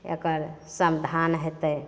एकर समधान हेतै